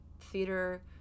Theater